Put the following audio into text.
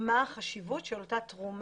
מה החשיבות של אותה תרומה.